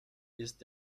ist